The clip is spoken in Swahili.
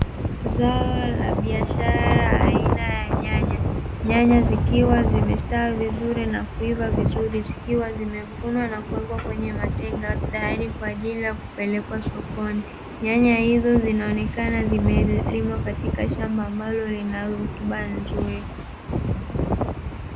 Zao la biashara aina ya nyanya, nyanya zikiwa zimestawi vizuri na kuiva vizuri, zikiwa zimevunwa na kuwekwa kwenye matenga, tayari kwa ajili ya kupelekwa sokoni. Nyanya hizo zinaonekana zimelimwa katika shamba ambalo lina rutuba nzuri.